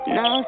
no